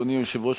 אדוני היושב-ראש,